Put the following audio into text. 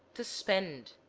to spend